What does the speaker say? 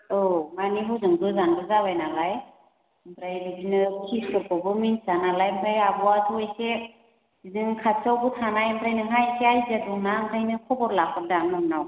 औ माने हजों गोजानबो जाबाय नालाय ओमफ्राय बिदिनो फिसफोरखौबो मोनथिया नालाय ओमफ्राय आब'आ थ' एसे बिदिनो खाथियावबो थानाय ओमफ्राय नोंहा एसे आइदिया दंना ओंखायनो खबर लाहरदां नोंनाव